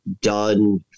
done